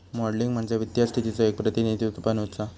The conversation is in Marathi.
मॉडलिंग म्हणजे वित्तीय स्थितीचो एक प्रतिनिधित्व बनवुचा